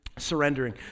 surrendering